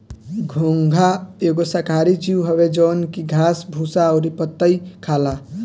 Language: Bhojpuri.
घोंघा एगो शाकाहारी जीव हवे जवन की घास भूसा अउरी पतइ खाला